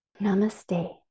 Namaste